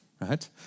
right